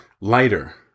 lighter